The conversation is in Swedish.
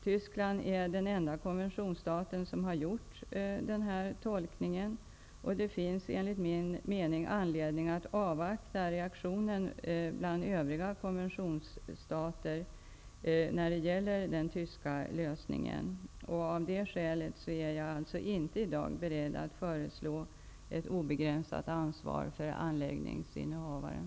Tyskland är den enda konventionsstaten som har gjort den tolkningen. Det finns, enligt min mening, anledning att avvakta reaktionen bland övriga konventionsstater när det gäller den tyska lösningen. Av det skälet är jag i dag inte beredd att föreslå ett oförsäkrat ansvar för anläggningsinnehavaren.